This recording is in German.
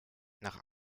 nach